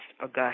august